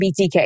BTK